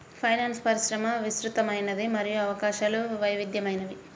finance పరిశ్రమ విస్తృతమైనది మరియు అవకాశాలు వైవిధ్యమైనవి